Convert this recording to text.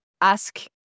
ask